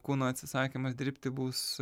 kūno atsisakymas dirbti bus